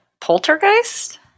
poltergeist